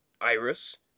iris